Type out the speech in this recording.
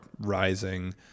rising